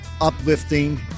uplifting